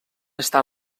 està